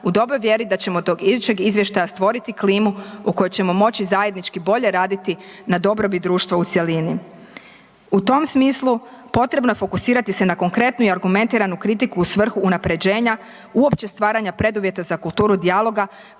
u dobroj vjeri da ćemo do idućeg izvještaja stvoriti klimu u kojoj ćemo moći zajednički bolje raditi na dobrobit društva u cjelini. U tom smislu potrebno je fokusirati se na konkretnu i argumentiranu kritiku u svrhu unapređenja uopće stvaranja preduvjeta za kulturu dijaloga